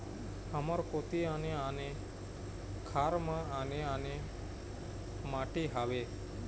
हमर कोती आने आने खार म आने आने माटी हावे?